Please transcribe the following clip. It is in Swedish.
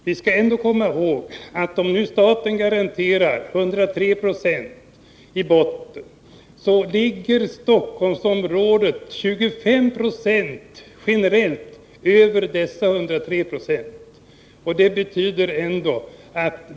Vi skall ändå komma ihåg att om staten garanterar 103 2 i botten ligger Stockholmsområdet generellt 25 26 över dessa 103 96.